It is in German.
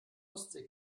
ostsee